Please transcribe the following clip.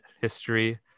history